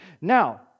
Now